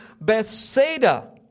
Bethsaida